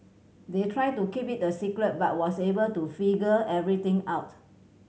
they tried to keep it a secret but was able to figure everything out